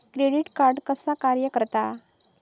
Debit card कसा कार्य करता?